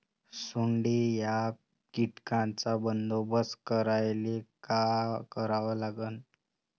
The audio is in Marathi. सोंडे या कीटकांचा बंदोबस्त करायले का करावं लागीन?